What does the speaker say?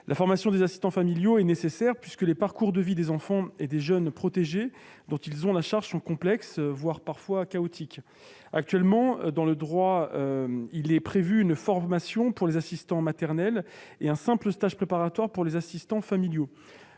La formation des assistants familiaux est nécessaire, puisque les parcours de vie des enfants et des jeunes protégés dont ils ont la charge sont complexes et parfois chaotiques. Actuellement, dans le droit, il est prévu une formation pour les assistants maternels et un simple stage préparatoire pour les assistants familiaux.